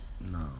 No